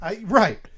Right